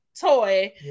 toy